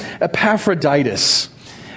Epaphroditus